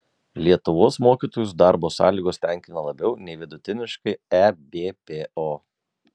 lietuvos mokytojus darbo sąlygos tenkina labiau nei vidutiniškai ebpo